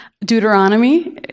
Deuteronomy